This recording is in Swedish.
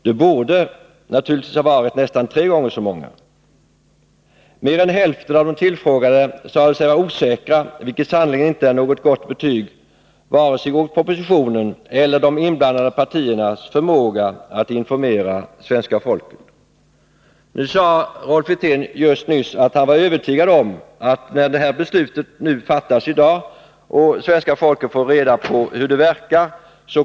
Det borde naturligtvis ha varit nästan tre gånger så många. Mer än hälften av de tillfrågade sade sig vara osäkra, vilket sannerligen inte är något gott betyg vare sig åt propositionen eller åt de inblandade partiernas förmåga att informera svenska folket. Rolf Wirtén sade nyss att han var övertygad om att osäkerheten kommer att minska när beslutet fattas i dag och svenska folket får reda på hur det verkar.